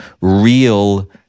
real